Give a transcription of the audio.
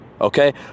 okay